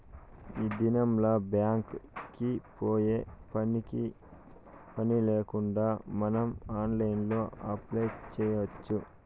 ఈ దినంల్ల బ్యాంక్ కి పోయే పనిలేకుండా మనం ఆన్లైన్లో అప్లై చేయచ్చు